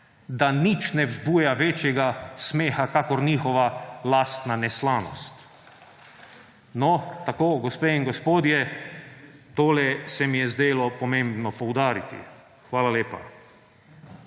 da nič ne vzbuja večjega smeha kakor njihova lastna neslanost. No tako, gospe in gospodje, tole se mi je zdelo pomembno poudariti. Hvala lepa.